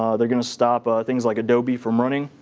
um they're going to stop ah things like adobe from running,